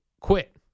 quit